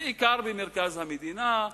בעיקר במרכז המדינה,